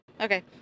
Okay